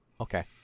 okay